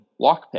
lockpick